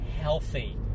healthy